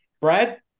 Brad